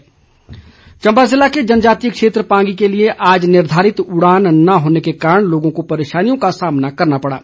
उड़ान चम्बा जिला के जनजातीय क्षेत्र पांगी के लिए आज निर्धारित उड़ाने न होने के कारण लोगों को परेशानियों का सामना करना पड़ा